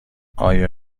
آیا